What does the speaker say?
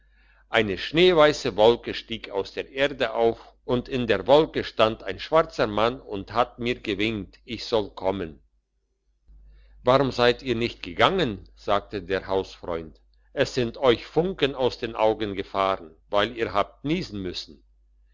eine schneeweisse wolke stieg aus der erde auf und in der wolke stand ein schwarzer mann und hat mir gewinkt ich soll kommen warum seid ihr nicht gegangen sagte der hausfreund es sind euch funken aus den augen gefahren weil ihr habt niessen müssen